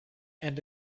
and